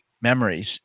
memories